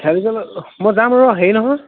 খেয়ালি জাল মই যাম ৰহ হেৰি নহয়